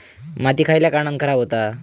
माती खयल्या कारणान खराब हुता?